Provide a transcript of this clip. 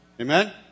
Amen